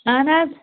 اَہَن حظ